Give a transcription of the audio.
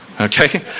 Okay